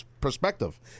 perspective